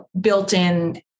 built-in